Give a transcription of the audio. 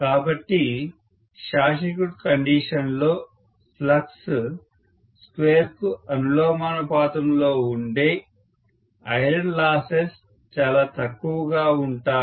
కాబట్టి short circuit condition లో flux స్క్వేర్కు అనులోమానుపాతంలో ఉండే ఐరన్ లాసెస్ చాలా తక్కువగా ఉంటాయి